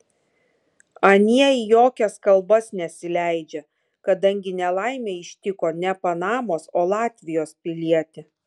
anie į jokias kalbas nesileidžia kadangi nelaimė ištiko ne panamos o latvijos pilietį